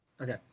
Okay